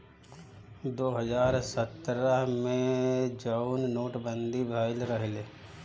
दो हज़ार सत्रह मे जउन नोट बंदी भएल रहे